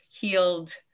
healed